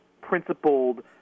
principled